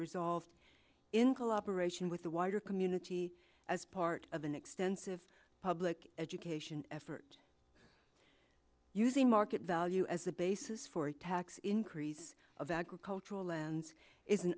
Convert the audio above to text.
resolved in collaboration with the wider community as part of an extensive public education effort using market value as a basis for a tax increase of agricultural lands is